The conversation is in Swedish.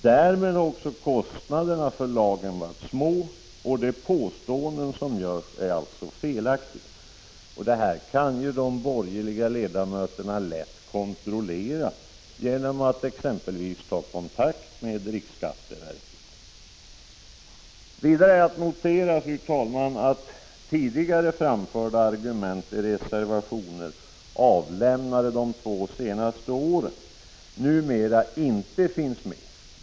Därmed har också kostnaderna för att administrera den varit små. De påståenden som görs är alltså felaktiga. Detta kan de borgerliga ledamöterna lätt kontrollera genom att exempelvis ta kontakt med riksskatteverket. Det är att notera, fru talman, att tidigare framförda argument i reservationer avlämnade de två senaste åren numera inte finns med.